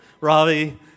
Ravi